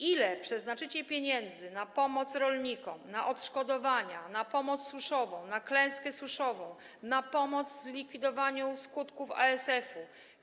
Ile przeznaczycie pieniędzy na pomoc rolnikom, na odszkodowania, na pomoc suszową, na klęskę suszową, na pomoc w zlikwidowaniu skutków ASF?